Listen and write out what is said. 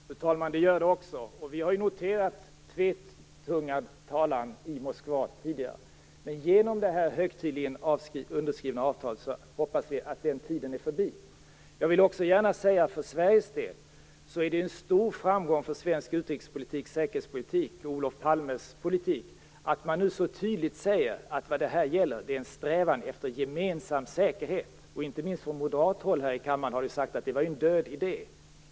Fru talman! Det gör det. Vi har tidigare noterat tvetungad talan i Moskva, men vi hoppas att den tiden är förbi genom det nu högtidligen underskrivna avtalet. Jag vill också gärna säga att det är en stor framgång för svensk utrikes och säkerhetspolitik och för Olof Palmes politik att man nu så tydligt säger att det här gäller en strävan efter gemensam säkerhet. Inte minst har det från moderat håll här i kammaren sagts att detta är en död idé.